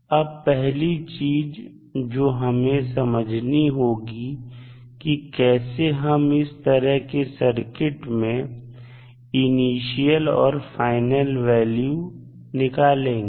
अब पहली चीज जो हमें समझनी होगी की कैसे हम इस तरह की सर्किट में इनिशियल और फाइनल वैल्यू निकालेंगे